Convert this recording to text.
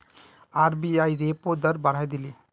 RBI repo दर बढ़ाए दिले